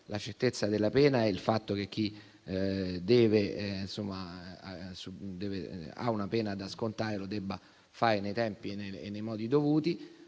la certezza della pena. Il fatto è che chi ha una pena da scontare deve farlo nei tempi e nei modi dovuti,